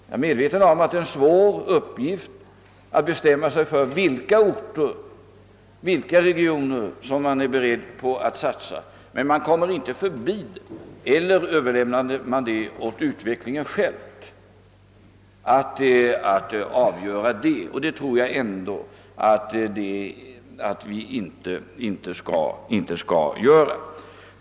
Jag är medveten om att det är en svår uppgift att bestämma sig för vilka regioner och orter man skall satsa på, men vi kommer inte förbi att avgöra den saken och kan inte överlämna åt utvecklingen själv att göra det. Det skall vi inte göra.